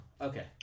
Okay